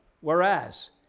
whereas